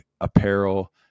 apparel